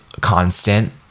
constant